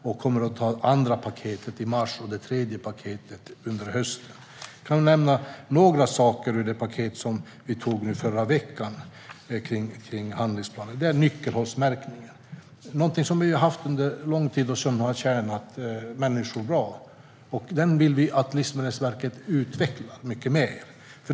Vi kommer att anta det andra paketet i mars och det tredje under hösten. Jag kan nämna några saker som finns i det paket som vi antog i förra veckan gällande handlingsplanen. En av dem är nyckelhålsmärkningen. Den har vi haft under lång tid, och den har tjänat människor väl. Den vill vi att Livsmedelsverket utvecklar mycket mer.